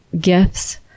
gifts